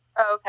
Okay